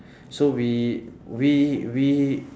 so we we we